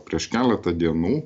prieš keletą dienų